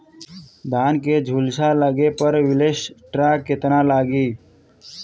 धान के झुलसा लगले पर विलेस्टरा कितना लागी?